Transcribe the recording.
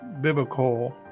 biblical